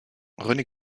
rené